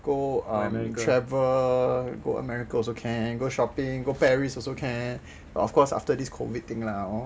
go and travel err go america also can go shopping go paris also can but of course after this COVID thing lah hor